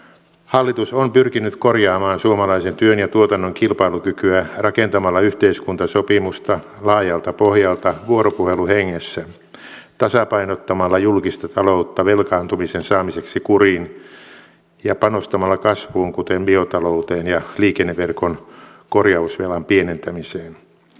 hallitus on pyrkinyt korjaamaan suomalaisen työn ja tuotannon kilpailukykyä rakentamalla yhteiskuntasopimusta laajalta pohjalta vuoropuheluhengessä tasapainottamalla julkista taloutta velkaantumisen saamiseksi kuriin ja panostamalla kasvuun kuten biotalouteen ja liikenneverkon korjausvelan pienentämiseen